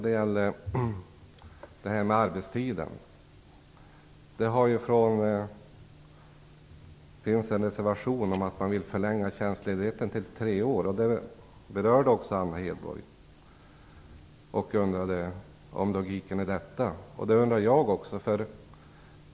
Det gäller arbetstiden. Det finns en reservation om att förlänga rätten till tjänstledighet till tre år. Anna Hedborg undrade var logiken i detta fanns. Det undrar jag också.